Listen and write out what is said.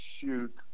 shoot